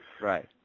Right